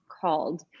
called